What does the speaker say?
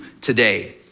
today